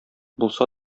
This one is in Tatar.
булса